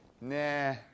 nah